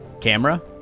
Camera